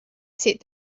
sit